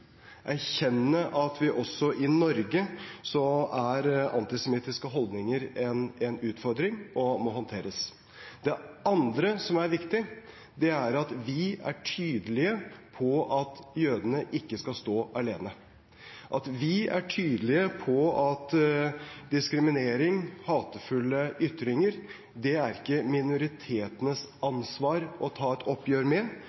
erkjenne at også i Norge er antisemittiske holdninger en utfordring som må håndteres. Det andre som er viktig, er at vi er tydelige på at jødene ikke skal stå alene, at vi er tydelige på at diskriminering, hatefulle ytringer, ikke er minoritetenes ansvar å ta et oppgjør med